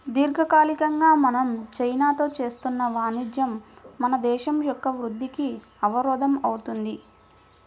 దీర్ఘకాలికంగా మనం చైనాతో చేస్తున్న వాణిజ్యం మన దేశం యొక్క వృద్ధికి అవరోధం అవుతుంది